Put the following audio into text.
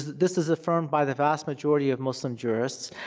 this is affirmed by the vast majority of muslim jurists.